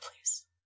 please